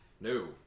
No